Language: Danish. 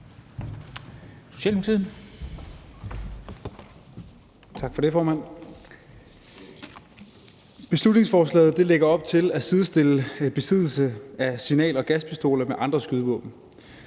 Beslutningsforslaget lægger op til at sidestille besiddelse af signal- og gaspistoler med andre skydevåben.